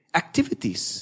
activities